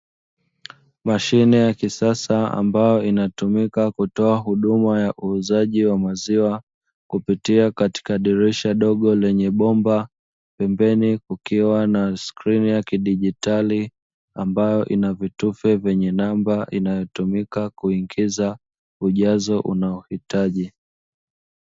Mashine ya kisasa ambayo inatumika kutoa huduma ya uuzaji wa maziwa kupitia katika dirisha dogo lenye bomba, pembeni kukiwa na Skrini ya kidigitali ambayo inavitufe vyenye namba inayotumika kuingiza ujazo unaohitaji.